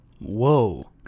Whoa